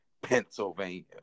Pennsylvania